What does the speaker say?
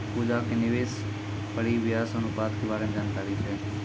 पूजा के निवेश परिव्यास अनुपात के बारे मे जानकारी छै